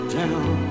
down